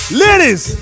ladies